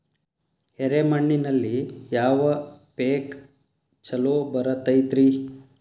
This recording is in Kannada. ಎರೆ ಮಣ್ಣಿನಲ್ಲಿ ಯಾವ ಪೇಕ್ ಛಲೋ ಬರತೈತ್ರಿ?